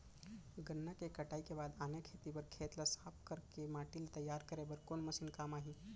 गन्ना के कटाई के बाद आने खेती बर खेत ला साफ कर के माटी ला तैयार करे बर कोन मशीन काम आही?